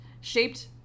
shaped